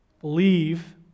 Believe